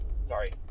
Sorry